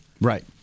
Right